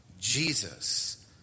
Jesus